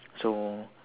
so